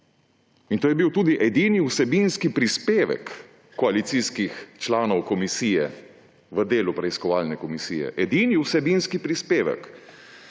To je bil tudi edini vsebinski prispevek koalicijskih članov komisije v delu preiskovalne komisije. Edini vsebinski prispevek.